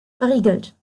verriegelt